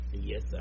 Yes